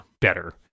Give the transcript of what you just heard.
better